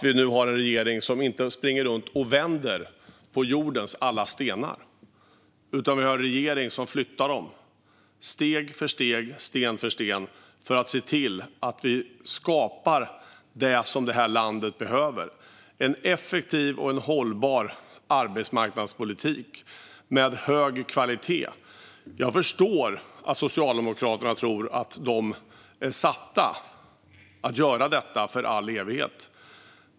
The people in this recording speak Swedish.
Vi har nu en regering som inte springer runt och vänder på jordens alla stenar utan flyttar dem steg för steg och sten för sten för att skapa det som det här landet behöver: en effektiv och hållbar arbetsmarknadspolitik med hög kvalitet. Jag förstår att Socialdemokraterna tror att de är satta att göra detta för all evighet.